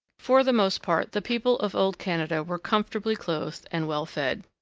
for the most part the people of old canada were comfortably clothed and well fed.